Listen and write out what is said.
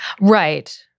Right